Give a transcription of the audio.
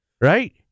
right